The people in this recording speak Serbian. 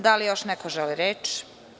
Da li još neko želi reč?